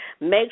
make